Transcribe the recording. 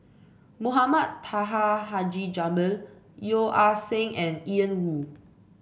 Mohamed Taha Haji Jamil Yeo Ah Seng and Ian Woo